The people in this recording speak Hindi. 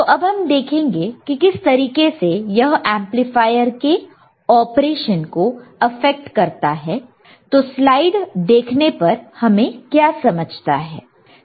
तो अब हम देखेंगे कि किस तरीके से यह एंपलीफायर के ऑपरेशन को प्रभावित करता है तो स्लाइड देखने पर हमें क्या समझता है